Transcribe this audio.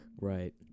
Right